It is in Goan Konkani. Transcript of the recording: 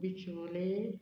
बिचोले